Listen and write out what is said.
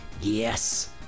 Yes